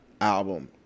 album